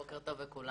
בוקר טוב לכולם,